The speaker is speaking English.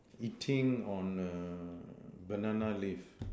eating on a banana leaf